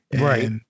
Right